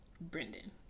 Brendan